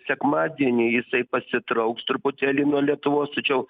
sekmadienį jisai pasitrauks truputėlį nuo lietuvos tačiau